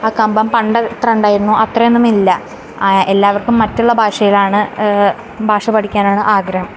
ആ കമ്പം പണ്ടത് എത്രയുണ്ടായിരുന്നോ അത്രെയൊന്നുമില്ല എല്ലാവർക്കും മറ്റുള്ള ഭാഷയിലാണ് ഭാഷ പഠിക്കാനാണ് ആഗ്രഹം